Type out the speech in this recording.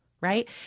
right